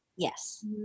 Yes